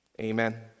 Amen